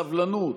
סבלנות,